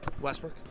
Westbrook